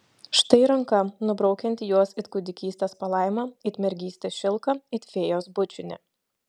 štai ranka nubraukianti juos it kūdikystės palaimą it mergystės šilką it fėjos bučinį